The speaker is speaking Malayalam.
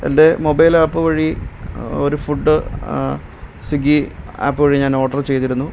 എൻ്റെ മൊബൈൽ ആപ്പ് വഴി ഒരു ഫുഡ് സ്വിഗ്ഗി ആപ്പ് വഴി ഞാൻ ഓഡർ ചെയ്തിരുന്നു